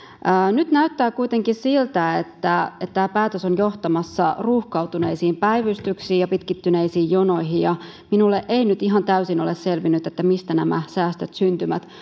nyt näyttää kuitenkin siltä että tämä päätös on johtamassa ruuhkautuneisiin päivystyksiin ja pitkittyneisiin jonoihin ja minulle ei nyt ihan täysin ole selvinnyt mistä nämä säästöt syntyvät